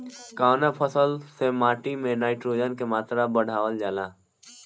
कवना फसल से माटी में नाइट्रोजन के मात्रा बढ़ावल जाला?